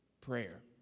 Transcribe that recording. prayer